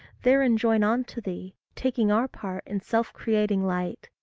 therein join on to thee, taking our part in self-creating light.